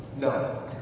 No